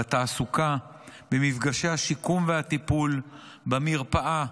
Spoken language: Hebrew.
בתעסוקה, במפגשי השיקום והטיפול, במרפאה,